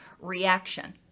reaction